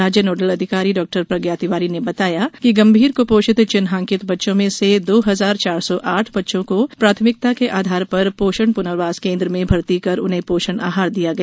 राज्य नोडल अधिकारी डॉ प्रज्ञा तिवारी ने बताया कि गंभीर कुपोषित चिन्हांकित बच्चों में से दो हजार चार सौ आठ बच्चों को प्राथमिकता के आधार पर पोषण पुनर्वास केंद्र में भर्ती कर उन्हें पोषण आहार दिया गया